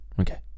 Okay